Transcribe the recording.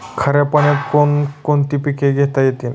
खाऱ्या पाण्यात कोण कोणती पिके घेता येतील?